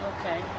Okay